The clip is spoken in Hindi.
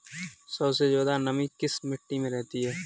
सबसे ज्यादा नमी किस मिट्टी में रहती है?